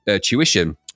tuition